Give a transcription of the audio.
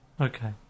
Okay